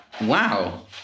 Wow